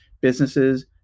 businesses